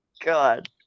God